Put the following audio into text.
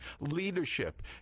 leadership